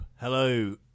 hello